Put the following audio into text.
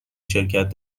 شرکت